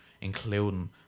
including